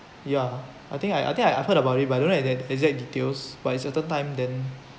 ya I think I I think I I've heard about it but I don't know that exact details but in certain time then